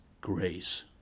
grace